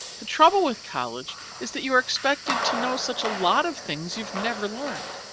the trouble with college is that you are expected to know such a lot of things you've never learned.